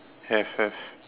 have have